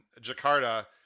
Jakarta